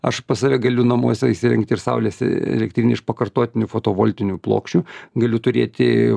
aš pas save galiu namuose įsirengti ir saulės elektrinę iš pakartotinių fotovoltinių plokščių galiu turėti